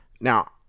Now